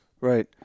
Right